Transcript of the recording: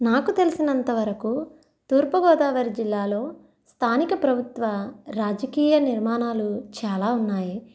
నాకు తెలిసినంతవరకు తూర్పుగోదావరి జిల్లాలో స్థానిక ప్రభుత్వ రాజకీయ నిర్మాణాలు చాలా ఉన్నాయి